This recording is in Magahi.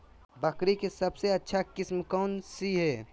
बकरी के सबसे अच्छा किस्म कौन सी है?